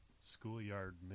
schoolyard